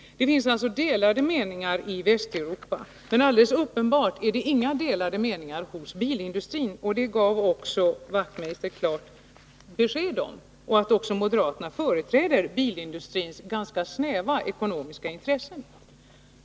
Det finns alltså delade meningar i Västeuropa, men alldeles uppenbart är det inga delade meningar hos bilindustrin, och Knut Wachtmeister gav klart besked om att moderaterna företräder bilindustrins ganska snäva ekonomiska intressen.